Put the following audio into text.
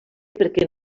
perquè